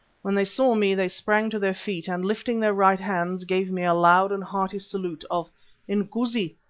when they saw me they sprang to their feet and, lifting their right hands, gave me a loud and hearty salute of inkoosi!